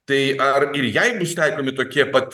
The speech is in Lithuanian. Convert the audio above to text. tai ar ir jai taikomi tokie pat